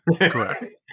Correct